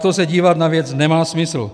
Takto se dívat na věc nemá smysl.